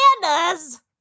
bananas